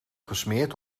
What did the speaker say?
gesmeerd